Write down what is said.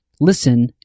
Listen